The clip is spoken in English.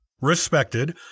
respected